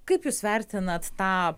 kaip jūs vertinat tą